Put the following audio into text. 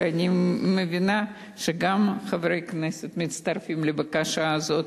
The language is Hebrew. ואני מבינה שגם חברי כנסת מצטרפים לבקשה הזאת.